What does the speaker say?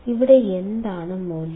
ഇവിടെ എന്താണ് മൂല്യം